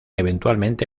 eventualmente